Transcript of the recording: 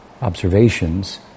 observations